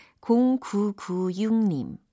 0996님